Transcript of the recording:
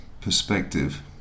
perspective